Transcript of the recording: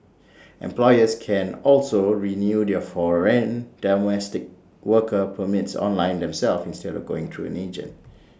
employers can also renew their foreign domestic worker permits online themselves instead of going through an agent